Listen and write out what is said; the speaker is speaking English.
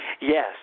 Yes